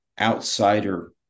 outsider